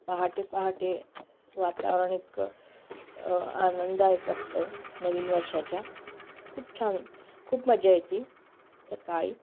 पहाटे पहाटे वातावरण इतकं आनंददायक असतं नवीन वर्षाच्या खूप छान खूप मजा येते सकाळी